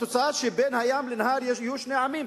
התוצאה תהיה שבין הים לנהר יהיו שני עמים,